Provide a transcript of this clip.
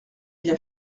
bien